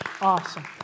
Awesome